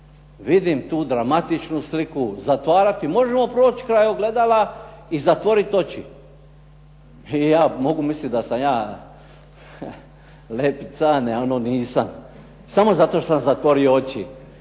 Vidim tu dramatičnu sliku. Zatvarati, možemo proći kraj ogledala i zatvorit oči. Ja, mogu mislit da sam ja lepi Cane, a ono nisam, samo zato što sam zatvori oči